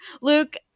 luke